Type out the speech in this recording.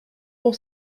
pour